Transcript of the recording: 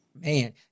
man